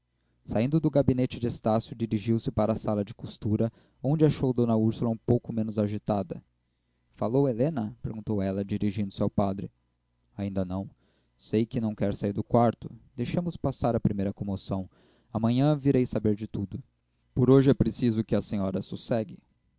saindo do gabinete de estácio dirigiu-se para a sala de costura onde achou d úrsula um pouco menos agitada falou a helena perguntou ela dirigindo-se ao padre ainda não sei que não quer sair do quarto deixemos passar a primeira comoção amanhã virei saber tudo por hoje é preciso que a senhora sossegue